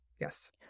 Yes